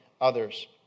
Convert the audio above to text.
others